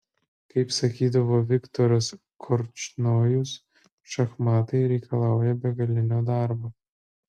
kaip sakydavo viktoras korčnojus šachmatai reikalauja begalinio darbo